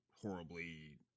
horribly